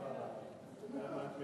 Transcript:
חברת